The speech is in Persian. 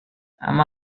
اما